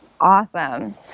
awesome